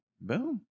Boom